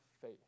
faith